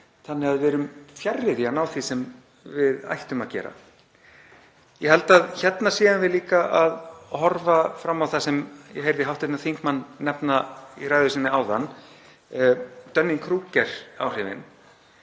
55% og því erum við fjarri því að ná því sem við ættum að gera. Ég held að hér séum við líka að horfa fram á það sem ég heyrði hv. þingmann nefna í ræðu sinni áðan, Dunning-Kruger áhrifin;